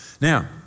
Now